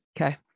Okay